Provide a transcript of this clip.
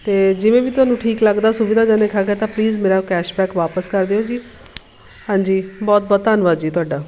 ਅਤੇ ਜਿਵੇਂ ਵੀ ਤੁਹਾਨੂੰ ਠੀਕ ਲੱਗਦਾ ਸੁਵਿਧਾ ਜਨਕ ਹੈਗਾ ਤਾਂ ਪਲੀਜ਼ ਮੇਰਾ ਕੈਸ਼ ਬੈਕ ਵਾਪਸ ਕਰ ਦਿਉ ਜੀ ਹਾਂਜੀ ਬਹੁਤ ਬਹੁਤ ਧੰਨਵਾਦ ਜੀ ਤੁਹਾਡਾ